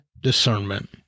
discernment